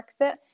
Brexit